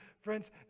Friends